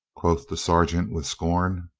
quoth the sergeant with scorn.